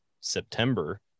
September